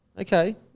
okay